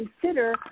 consider